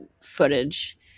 footage